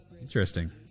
Interesting